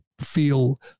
feel